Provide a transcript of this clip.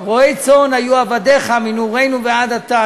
רועי צאן היו עבדיך, מנעורינו ועד עתה.